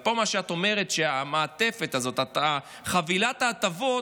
ופה מה שאת אומרת, שהמעטפת הזו, חבילת ההטבות,